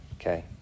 Okay